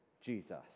Jesus